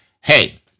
hey